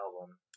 album